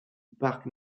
parc